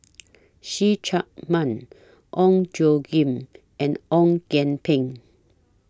See Chak Mun Ong Tjoe Kim and Ong Kian Peng